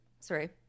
Sorry